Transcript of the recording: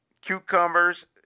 cucumbers